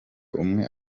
umwe